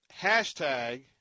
hashtag